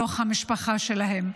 בתוך המשפחה שלהם.